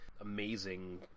amazing